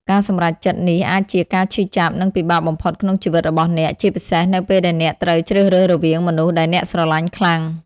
ការសម្រេចចិត្តនេះអាចជាការឈឺចាប់ និងពិបាកបំផុតក្នុងជីវិតរបស់អ្នក ជាពិសេសនៅពេលដែលអ្នកត្រូវជ្រើសរើសរវាងមនុស្សដែលអ្នកស្រឡាញ់ខ្លាំង។